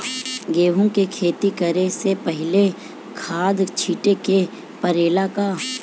गेहू के खेती करे से पहिले खाद छिटे के परेला का?